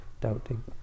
doubting